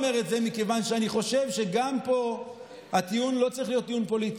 מכיוון שאני חושב שגם פה הטיעון לא צריך להיות טיעון פוליטי.